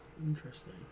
interesting